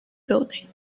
building